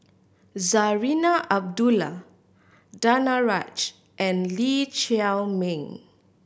Zarinah Abdullah Danaraj and Lee Chiaw Meng